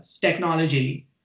technology